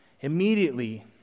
Immediately